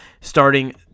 Starting